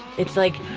it's like